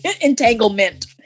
Entanglement